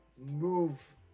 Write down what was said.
move